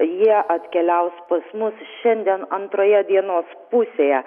jie atkeliaus pas mus šiandien antroje dienos pusėje